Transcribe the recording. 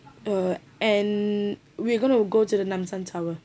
uh and we're gonna go to the namsan tower